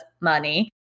money